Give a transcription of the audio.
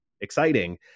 exciting